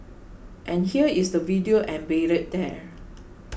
and here is the video embedded there